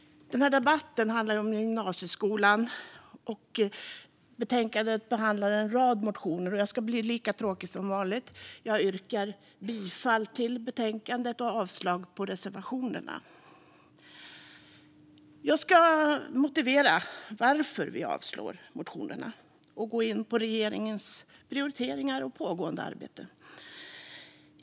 Den här debatten handlar om gymnasieskolan, och i betänkandet behandlas en rad motioner. Jag ska vara lika tråkig som vanligt och yrka bifall till utskottets förslag i betänkandet och avslag på reservationerna. Jag ska motivera varför vi avslår motionerna och gå in på regeringens prioriteringar och pågående arbete.